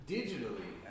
Digitally